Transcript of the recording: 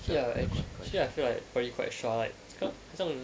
ya actually I feel like poly quite short ah like 好像